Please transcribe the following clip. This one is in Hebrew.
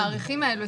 התאריכים האלה,